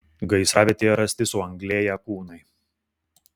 gaisravietėje rasti suanglėję kūnai